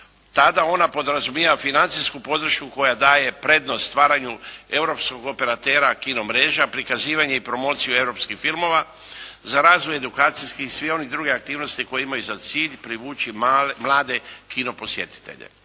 tada ona podrazumijeva financijsku podršku koja daje prednost stvaranju europskog operatera kino mreža, prikazivanje i promociju europskih filmova, za razvoj edukacijskih i svih onih drugih aktivnosti koje imaju za cilj privući mlade kino posjetitelje.